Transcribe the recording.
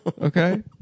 Okay